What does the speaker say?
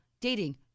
dating